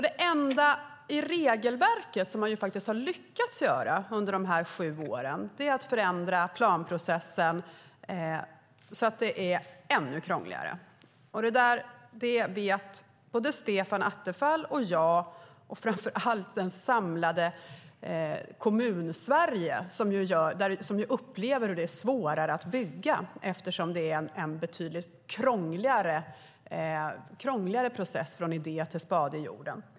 Det enda man faktiskt har lyckats göra i regelverket under de här sju åren är att förändra planprocessen så att den är ännu krångligare. Såväl Stefan Attefall och jag som, framför allt, det samlade Kommunsverige vet att det gör det svårare att bygga eftersom det är en betydligt krångligare process från idé till spade i jorden.